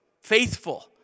faithful